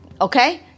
Okay